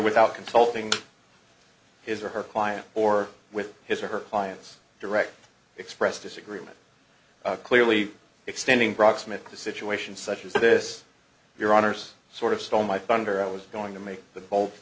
without consulting his or her client or with his or her clients direct express disagreement clearly extending proximate to situations such as this your honour's sort of stole my thunder i was going to make the bo